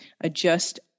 adjust